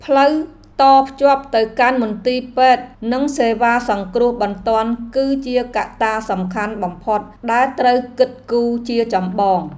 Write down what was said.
ផ្លូវតភ្ជាប់ទៅកាន់មន្ទីរពេទ្យនិងសេវាសង្គ្រោះបន្ទាន់គឺជាកត្តាសំខាន់បំផុតដែលត្រូវគិតគូរជាចម្បង។